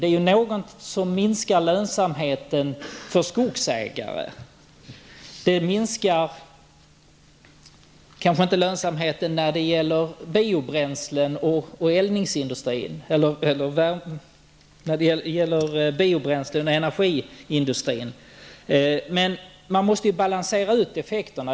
Det är något som minskar lönsamheten för skogsägare. Det kanske inte minskar lönsamheten när det gäller biobränslen och energiindustrin, men effekterna måste balanseras.